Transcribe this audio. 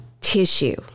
tissue